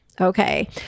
Okay